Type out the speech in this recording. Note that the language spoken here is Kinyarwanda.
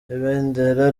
ibendera